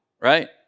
right